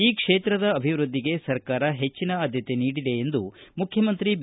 ಈ ಕ್ಷೇತ್ರದ ಅಭಿವೃದ್ದಿಗೆ ಸರ್ಕಾರ ಹೆಚ್ಚಿನ ಆದ್ದತೆ ನೀಡಿದೆ ಎಂದು ಮುಖ್ಡಮಂತ್ರಿ ಬಿ